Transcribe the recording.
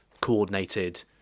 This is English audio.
coordinated